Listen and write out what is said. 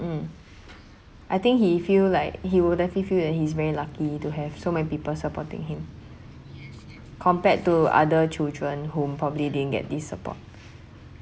um I think he feel like he will definitely feel that he's very lucky to have so many people supporting him compared to other children whom probably didn't get this support